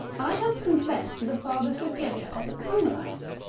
i have confessed to the father superior of the carmelites,